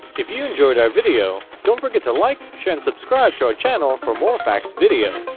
if you enjoyed our video, don't forget to like, share and subscribe to our channel for more facts videos!